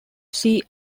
see